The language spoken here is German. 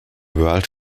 world